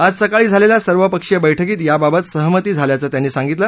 आज सकाळी झालेल्या सर्वपक्षीय बैठकीत याबाबत सहमती झाल्याचं त्यांनी सांगितलं